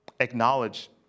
acknowledge